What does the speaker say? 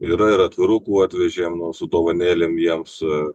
yra ir atvirukų atvežėm nu su dovanėlėm jiems